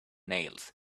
nails